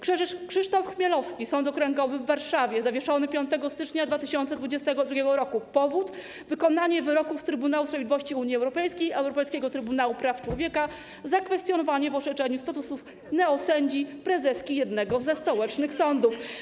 Krzysztof Chmielewski, Sąd Okręgowy w Warszawie - zawieszony 5 stycznia 2022 r. Powód: wykonanie wyroków Trybunału Sprawiedliwości Unii Europejskiej, Europejskiego Trybunału Praw Człowieka, zakwestionowanie w orzeczeniu statusu neosędzi, prezeski jednego ze stołecznych sądów.